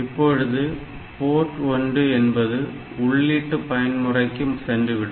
இப்பொழுது போர்ட் 1 என்பது உள்ளீடு பயன்முறைக்கு சென்றுவிடும்